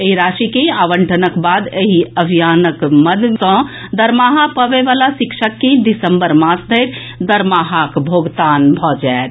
एहि राशि के आवंटनक बाद एहि अभियान मद सॅ दरमाहा पबए वाला शिक्षक के दिसम्बर मास धरि दरमाहा के भोगतान भऽ जाएत